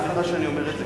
סליחה שאני אומר את זה,